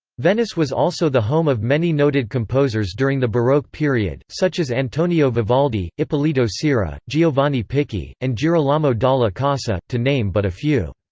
venice was also the home of many noted composers during the baroque period, such as antonio vivaldi, ippolito ciera, giovanni picchi, and girolamo dalla casa, to name but a few.